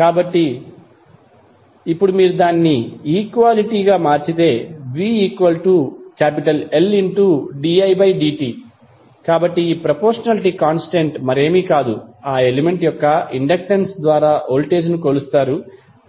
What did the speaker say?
కాబట్టి ఇప్పుడు మీరు దానిని ఈక్వాలిటీ గా మార్చితే vLdidt కాబట్టి ఈ ప్రపోర్షనాలిటీ కాంస్టెంట్ మరేమీ కాదు ఆ ఎలిమెంట్ యొక్క ఇండక్టెన్స్ ద్వారా వోల్టేజ్ ను కొలుస్తారు